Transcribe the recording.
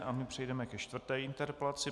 A my přejdeme ke čtvrté interpelaci.